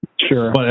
Sure